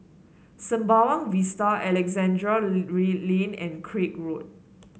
Sembawang Vista Alexandra Lane and Craig Road